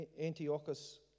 Antiochus